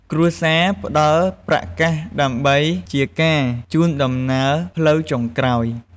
គ្រួសារផ្ដល់ប្រាក់កាក់ដើម្បីជាការជូនដំណើរផ្លូវចុងក្រោយ។